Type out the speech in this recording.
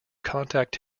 contact